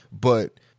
But-